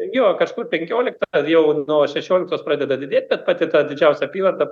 jo kažkur penkioliktą jau nuo šešioliktos pradeda didėt bet pati ta didžiausia apyvarta